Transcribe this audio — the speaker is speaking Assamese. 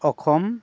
অসম